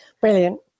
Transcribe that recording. Brilliant